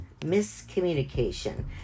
miscommunication